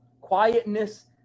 quietness